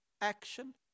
action